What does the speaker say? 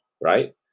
right